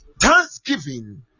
Thanksgiving